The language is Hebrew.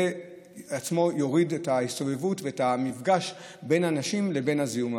זה עצמו יוריד את ההסתובבות ואת המפגש בין האנשים לבין זיהום האוויר.